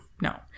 No